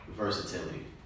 versatility